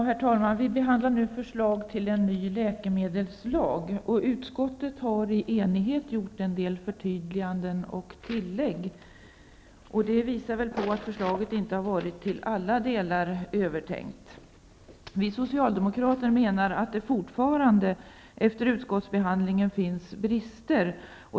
Herr talman! Vi behandlar nu förslag till en ny läkemedelslag. Utskottet har i enighet gjort en del förtydliganden och tillägg, och det visar att förslaget inte har varit till alla delar övertänkt. Vi socialdemokrater menar att det fortfarande efter utskottsbehandlingen finns brister.